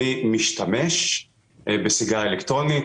אני משתמש בסיגריה אלקטרונית.